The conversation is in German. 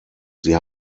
sie